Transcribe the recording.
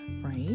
right